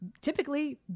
typically